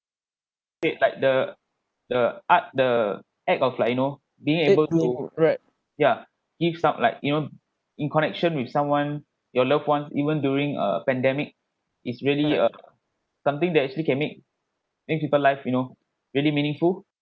eh like the the art the act of like you know being able to yeah give some like you know in connection with someone your loved ones even during a pandemic is really a something that actually can make make people life you know really meaningful